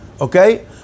Okay